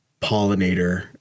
pollinator